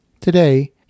Today